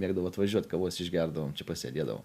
mėgdavo atvažiuot kavos išgerdavom čia pasėdėdavom